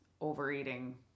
overeating